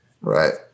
Right